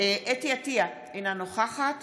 חוה אתי עטייה, אינה נוכחת